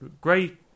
great